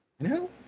No